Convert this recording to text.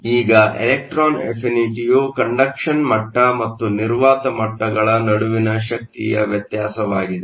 ಈಗ ಇಲೆಕ್ಟ್ರಾನ್ ಅಫಿನಿಟಿಯು ಕಂಡಕ್ಷನ್ ಮಟ್ಟ ಮತ್ತು ನಿರ್ವಾತ ಮಟ್ಟಗಳ ನಡುವಿನ ಶಕ್ತಿಯ ವ್ಯತ್ಯಾಸವಾಗಿದೆ